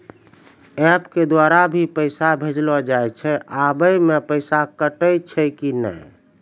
App के द्वारा भी पैसा भेजलो जाय छै आबै मे पैसा कटैय छै कि नैय?